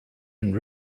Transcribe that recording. and